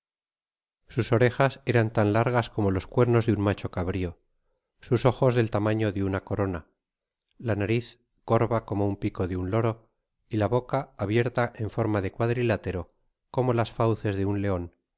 sus orejas eran tan largas como los cuernos de un macho cabrio sus ojos del tamaño de una corona la nariz corva como un pico de on loro y la boca abierta en forma de cnadrilátero como las fauces de un leon